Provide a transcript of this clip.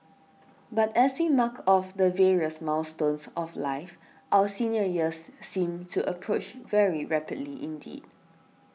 but as we mark off the various milestones of life our senior years seem to approach very rapidly indeed